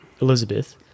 Elizabeth